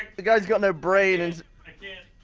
the guy's got no brain and like yeah